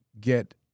get